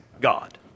God